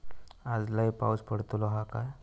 आज लय पाऊस पडतलो हा काय?